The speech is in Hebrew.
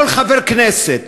כל חבר כנסת,